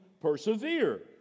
persevere